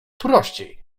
prościej